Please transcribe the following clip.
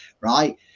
right